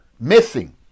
missing